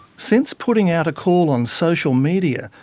since putting out a call on social media,